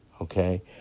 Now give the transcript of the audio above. okay